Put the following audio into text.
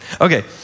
Okay